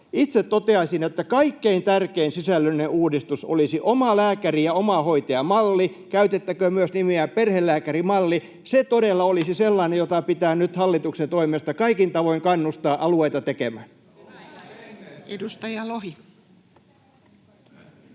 Itse toteaisin, että kaikkein tärkein sisällöllinen uudistus olisi omalääkäri- ja omahoitajamalli, käytettäköön myös nimeä perhelääkärimalli. Se todella olisi sellainen, jota pitää nyt hallituksen toimesta kaikin tavoin kannustaa alueita tekemään. Edustaja Lohi.